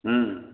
हूँ